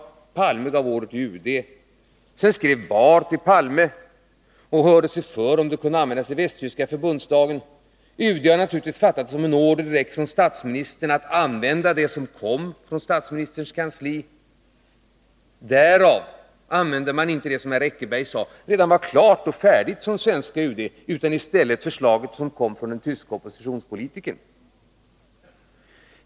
Olof Palme gav order till UD, varpå Egon Bahr skrev till Olof Palme och hörde sig för om förslaget kunde användas i den västtyska förbundsdagen. UD uppfattade uppdraget som en order direkt från statsministern att använda den handling som kom från statsministerns kansli. Därför använde man inte den skrivelse, som herr Eckerberg sade, som redan låg färdig hos UD. I stället blev det alltså det förslag som kom från den västtyske oppositionspolitikern.